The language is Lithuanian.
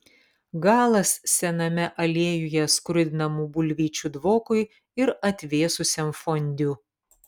galas sename aliejuje skrudinamų bulvyčių dvokui ir atvėsusiam fondiu